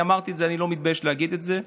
אמרתי את זה, ואני לא מתבייש להגיד את זה.